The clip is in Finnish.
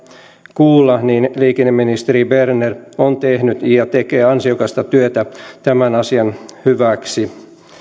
kuulla liikenneministeri berner on tehnyt ja tekee ansiokasta työtä tämän asian hyväksi